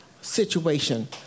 situation